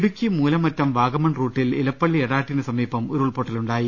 ഇടുക്കി മൂലമറ്റം വാഗമൺ റൂട്ടിൽ ഇലപ്പള്ളി എടാട്ടിന് സമീപം ഉരുൾപൊട്ടലുണ്ടായി